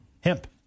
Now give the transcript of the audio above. Hemp